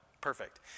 Perfect